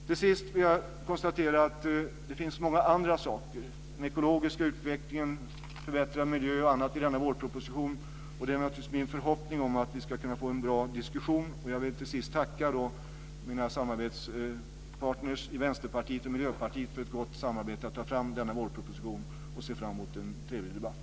Till sist vill jag konstatera att det finns många andra saker - den ekologiska utvecklingen, förbättrad miljö osv. - i denna vårproposition. Det är naturligtvis min förhoppning att vi ska kunna få en bra diskussion. Jag vill till sist tacka mina samarbetspartner i Vänsterpartiet och Miljöpartiet för ett gott samarbete med att ta fram denna vårproposition och ser fram emot en trevlig debatt.